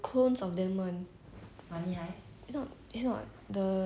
lupita nyong'o act [one]